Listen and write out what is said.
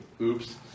Oops